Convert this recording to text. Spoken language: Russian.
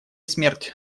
смерть